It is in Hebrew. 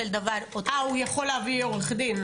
אה, הוא יכול להביא עורך דין?